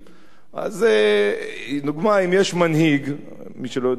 יש מי שלא יודע מי אמר את זה?